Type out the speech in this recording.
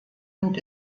und